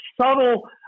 subtle